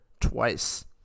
twice